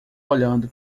olhando